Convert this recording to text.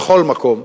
בכל מקום,